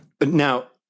Now